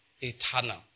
eternal